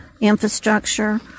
infrastructure